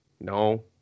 no